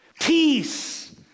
Peace